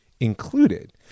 included